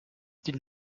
did